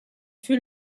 fut